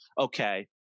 okay